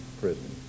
prison